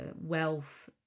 wealth